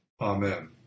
Amen